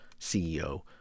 CEO